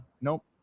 Nope